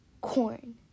corn